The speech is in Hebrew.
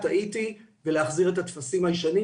טעיתי ולהחזיר את הטפסים הישנים,